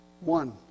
One